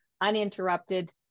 uninterrupted